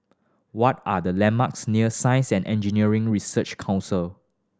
what are the landmarks near Science and Engineering Research Council